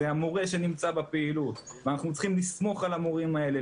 זה המורה שנמצא בפעילות ואנחנו צריכים לסמוך על המורים האלה,